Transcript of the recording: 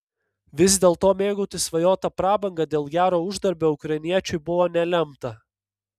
vis dėlto mėgautis svajota prabanga dėl gero uždarbio ukrainiečiui buvo nelemta